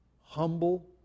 humble